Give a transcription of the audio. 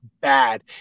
bad